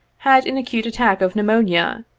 had an acute attack of pneumonia,